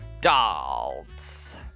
Dolls